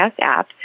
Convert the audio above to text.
app